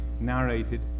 narrated